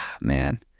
man